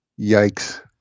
Yikes